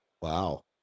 Wow